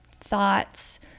thoughts